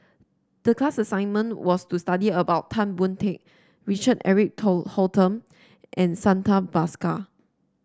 the class assignment was to study about Tan Boon Teik Richard Eric Holttum and Santha Bhaskar